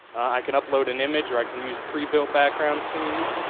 i can upload an image or i can use pre-built background scenes.